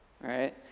right